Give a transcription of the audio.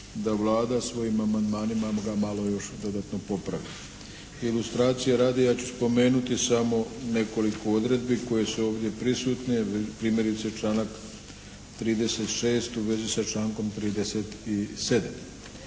da Vlada svojim amandmanima ga malo još dodatno popravi. Ilustracije radi ja ću spomenuti samo nekoliko odredbi koje su ovdje prisutne, primjerice članak 36. u vezi sa člankom 37.